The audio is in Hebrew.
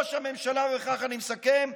ובכך אני מסכם: